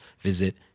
visit